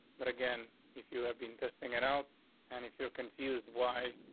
but again, if you have been testing it out and if you're confused, why,